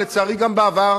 ולצערי גם בעבר,